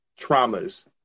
traumas